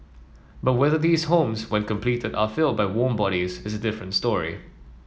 but whether these homes when completed are filled by warm bodies is a different story